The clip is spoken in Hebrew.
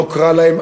לא אקרא להם,